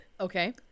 Okay